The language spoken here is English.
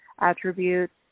attributes